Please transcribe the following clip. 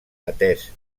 atès